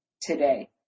today